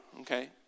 Okay